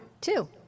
Two